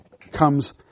comes